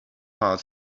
heart